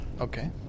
Okay